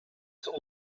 this